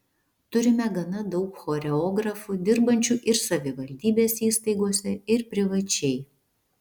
turime gana daug choreografų dirbančių ir savivaldybės įstaigose ir privačiai